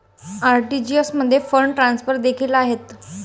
RTGS मध्ये fund transfer देखील आहेत